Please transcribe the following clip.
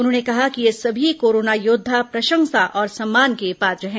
उन्होंने कहा कि ये सभी कोरोना योद्वा प्रषंसा और सम्मान के पात्र हैं